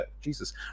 Jesus